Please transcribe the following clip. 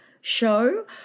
show